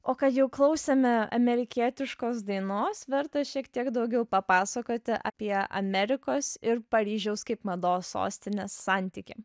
o kad jau klausėme amerikietiškos dainos verta šiek tiek daugiau papasakoti apie amerikos ir paryžiaus kaip mados sostinės santykį